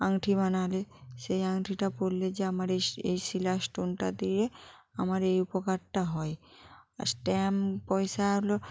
আংটি বানালে সেই আংটিটা পরলে যে আমার এই শি এই শিলা স্টোনটা দিয়ে আমার এই উপকারটা হয় আর স্ট্যাম্প পয়সা হলো